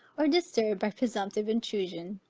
or disturbed by presumptive intrusion.